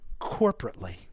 corporately